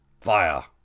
fire